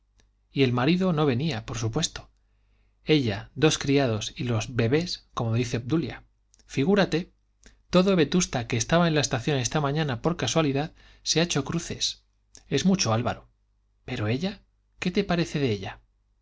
y el marido no venía por supuesto ella dos criados y los bebés como dice obdulia figúrate todo vetusta que estaba en la estación esta mañana por casualidad se ha hecho cruces es mucho álvaro pero ella qué te parece de ella